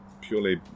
purely